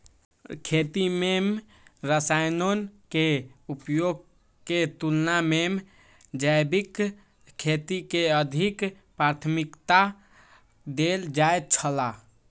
खेती में रसायनों के उपयोग के तुलना में जैविक खेती के अधिक प्राथमिकता देल जाय छला